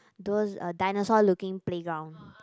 those uh dinosaur looking playground